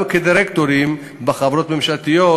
גם כדירקטורים בחברות ממשלתיות.